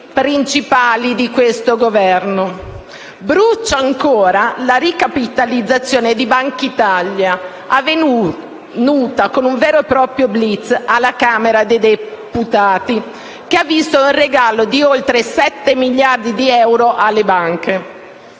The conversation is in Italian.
principali di questo Governo. Brucia ancora la ricapitalizzazione di Bankitalia, avvenuta con un vero e proprio *blitz* alla Camera dei deputati e che ha visto un regalo di oltre 7 miliardi di euro alle banche.